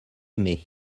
aimé